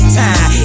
time